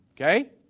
Okay